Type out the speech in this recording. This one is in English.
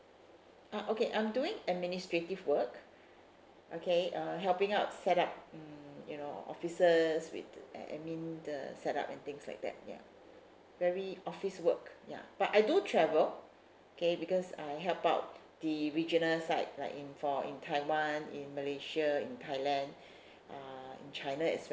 ah okay I'm doing administrative work okay uh helping out set up mm you know officers with admin the set up and things like that ya very office work ya but I do travel okay because I help out the regionals site like in for in taiwan in malaysia in thailand uh in china as well